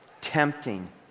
tempting